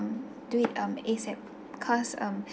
do it um asap cause um